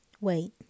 Wait